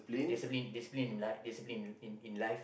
discipline discipline life discipline in in in life